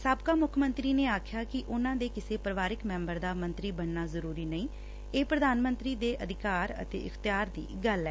ਸਾਬਕਾ ਮੁੱਖ ਮੰਤਰੀ ਨੇ ਕਿਹਾ ਕਿ ਉਨੂਾਂ ਦੇ ਕਿਸੇ ਪਰਿਵਾਰਕ ਮੈਂਬਰ ਦਾ ਮੰਤਰੀ ਬਣਨਾ ਜ਼ਰੂਰੀ ਨਹੀਂ ਇਹ ਪ੍ਧਾਨ ਮੰਤਰੀ ਦੇ ਅਧਿਕਾਰ ਅਤੇ ਅਖਤਿਆਰ ਦੀ ਗੱਲ ਐ